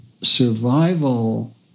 survival